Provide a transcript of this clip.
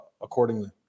accordingly